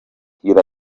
here